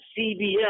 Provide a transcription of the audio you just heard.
CBS